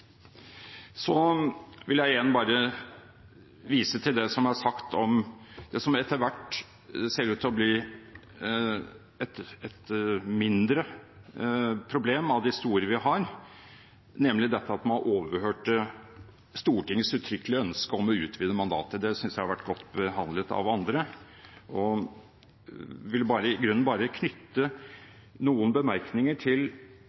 Så vil jeg igjen bare vise til det som er sagt om det som etter hvert ser ut til å bli et mindre problem blant de store vi har, nemlig dette at man overhørte Stortingets uttrykkelige ønske om å utvide mandatet. Det synes jeg har vært godt behandlet av andre. Jeg vil i grunnen bare knytte noen bemerkninger til